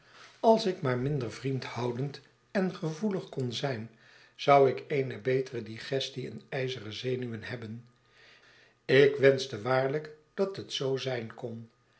als ik maar minder vriendhoudend en gevoelig kon zijn zou ik eene betere digestie en ijzeren zenuwen hebben ik wenschte waarlijk wel dat het zoo zijn kon